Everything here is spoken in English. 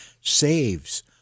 saves